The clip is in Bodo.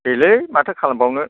देलै माथो खालामबावनो